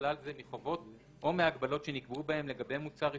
ובכלל זה מחובות או מהגבלות שנקבעו בהם לגבי מוצר עישון,